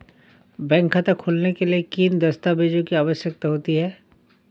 Bank खाता खोलने के लिए किन दस्तावेजों की आवश्यकता होती है?